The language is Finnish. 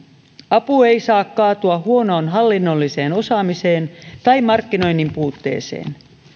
apu ei saa kaatua huonoon hallinnolliseen osaamiseen tai markkinoinnin puutteeseen